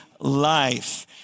Life